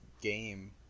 game